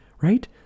right